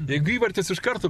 jeigu įvartis iš karto